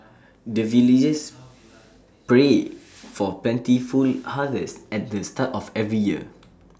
the villagers pray for plentiful harvest at the start of every year